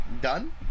done